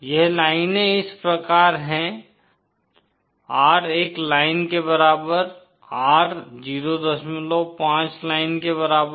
ये लाईने इस प्रकार है R एक लाइन के बराबर R 05 लाइन के बराबर